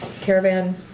caravan